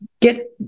get